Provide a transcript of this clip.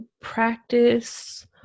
practice